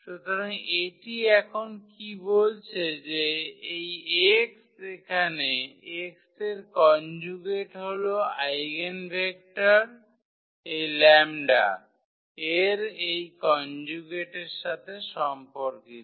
সুতরাং এটি এখন কি বলছে যে এই 𝑥 এখানে 𝑥 এর কনজুগেট হল আইগেনভেক্টর এই 𝜆 এর এই কনজুগেটের সাথে সম্পর্কিত